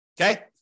Okay